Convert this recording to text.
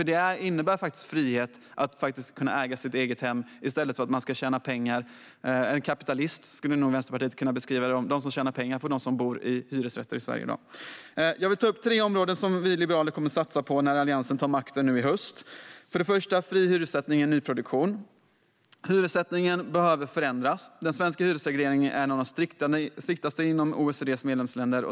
Det innebär faktiskt frihet att kunna äga sitt eget hem. Vänsterpartiet skulle nog kunna beskriva dem som tjänar pengar på dem som bor i hyresrätter i Sverige i dag som kapitalister. Jag vill ta upp tre områden som vi liberaler kommer att satsa på när Alliansen tar makten i höst. Det första gäller fri hyressättning i nyproduktion. Hyressättningen behöver förändras. Den svenska hyresregleringen är en av de striktaste bland OECD:s medlemsländer.